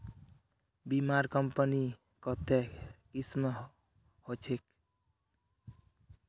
बीमार कंपनी कत्ते किस्म होछे